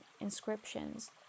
inscriptions